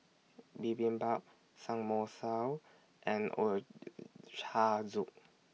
Bibimbap Samgeyopsal and Ochazuke